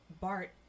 Bart